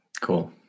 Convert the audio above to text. Cool